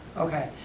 okay,